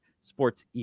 sports